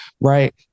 right